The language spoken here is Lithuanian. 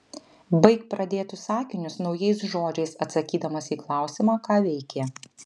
baik pradėtus sakinius naujais žodžiais atsakydamas į klausimą ką veikė